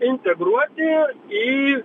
integruoti į